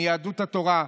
מיהדות התורה,